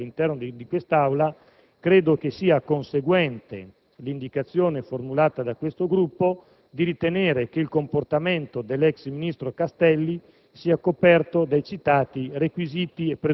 dell'inaugurazione dell'anno giudiziario, sia all'interno di quest'Aula, credo che sia conseguente l'indicazione formulata dal nostro Gruppo di ritenere che il comportamento dell'ex ministro Castelli